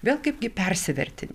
vėl kaipgi persiverti